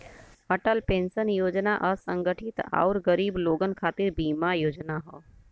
Atal pension Yojana असंगठित आउर गरीब लोगन खातिर बीमा योजना हौ